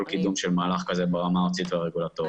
קידום של מהלך כזה ברמה הארצית והרגולטורית.